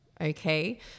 okay